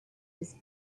his